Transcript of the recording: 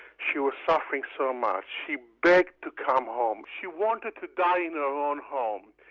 she was suffering so much, she begged to come home, she wanted to die in her own home.